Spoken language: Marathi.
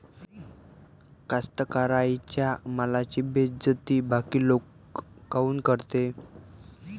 कास्तकाराइच्या मालाची बेइज्जती बाकी लोक काऊन करते?